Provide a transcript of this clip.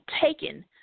taken